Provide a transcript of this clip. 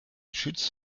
schütz